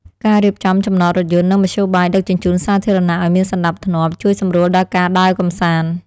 ការរៀបចំចំណតរថយន្តនិងមធ្យោបាយដឹកជញ្ជូនសាធារណៈឱ្យមានសណ្តាប់ធ្នាប់ជួយសម្រួលដល់ការដើរកម្សាន្ត។